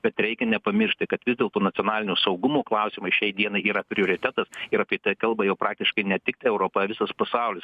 bet reikia nepamiršti kad vis dėlto nacionalinio saugumo klausimai šiai dienai yra prioritetas ir apie tai kalba jau praktiškai ne tiktai europa visas pasaulis